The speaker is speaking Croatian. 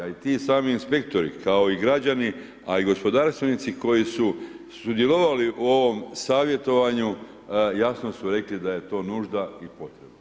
A i ti sami inspektori kao i građani, a i gospodarstvenici koji su sudjelovali u ovom savjetovanju jasno su rekli da je to nužda i potreba.